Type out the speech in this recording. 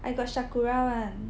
I got Shakura [one]